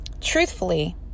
truthfully